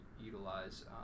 utilize